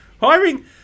hiring